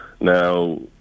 Now